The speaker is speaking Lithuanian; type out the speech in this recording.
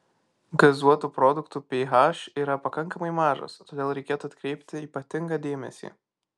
gazuotų produktų ph yra pakankamai mažas todėl reikėtų atkreipti ypatingą dėmesį